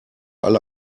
alle